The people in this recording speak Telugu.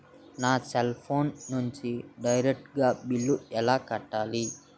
నా సెల్ ఫోన్ నుంచి డైరెక్ట్ గా బిల్లు ఎలా కట్టాలి?